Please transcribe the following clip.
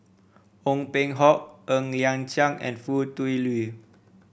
Ong Peng Hock Ng Liang Chiang and Foo Tui Liew